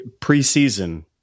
preseason